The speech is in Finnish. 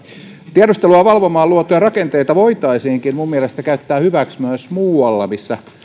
tiedustelua valvomaan luotuja rakenteita voitaisiinkin minun mielestäni käyttää hyväksi myös muualla missä